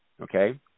Okay